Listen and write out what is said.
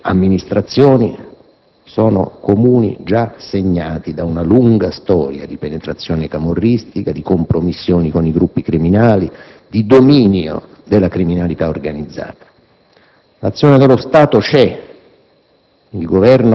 delle amministrazioni fa riferimento a Comuni già segnati da una lunga storia di penetrazione camorristica, di compromissioni con i gruppi criminali, di dominio della criminalità organizzata. L'azione dello Stato c'è.